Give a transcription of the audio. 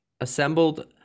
assembled